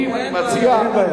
אני מציע פנים,